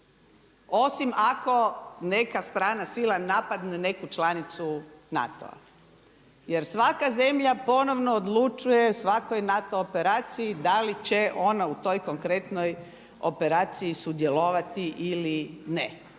osim ako neka strana sila napadne neku članicu NATO-a jer svaka zemlja ponovno odlučuje o svakoj NATO operaciji da li će ona u toj konkretnoj operaciji sudjelovati ili ne.